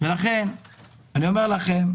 אני מכבד מאוד,